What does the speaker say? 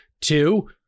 two